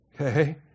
Okay